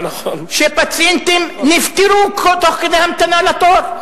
שפציינטים נפטרו תוך כדי המתנה לתור.